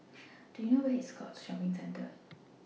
Do YOU know Where IS Scotts Shopping Centre